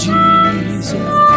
Jesus